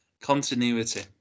Continuity